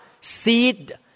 seed